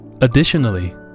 Additionally